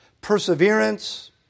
perseverance